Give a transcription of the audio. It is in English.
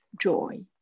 joy